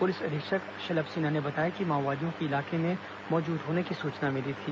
police अधीक्षक शलभ सिन्हा ने बताया कि माओवादियों के इलाके में मौजूद होने की सूचना मिली थी